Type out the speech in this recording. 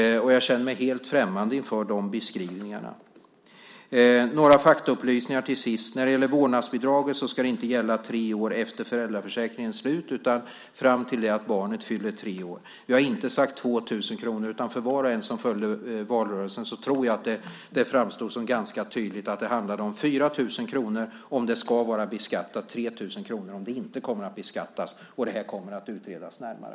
Jag känner mig helt främmande inför de beskrivningarna. Jag vill till sist ge några faktaupplysningar. Vårdnadsbidraget ska inte gälla tre år efter föräldraförsäkringens slut utan fram till det att barnet fyller tre år. Vi har inte sagt 2 000 kr. För var och en som följde valrörelsen tror jag att det framstod som ganska tydligt att det handlade om 4 000 kr om det ska vara beskattat och 3 000 kr om det inte kommer att beskattas. Det kommer att utredas närmare.